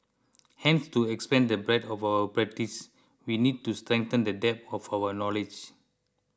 hence to expand the breadth of our practice we need to strengthen the depth of our knowledge